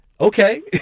okay